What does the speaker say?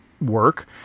work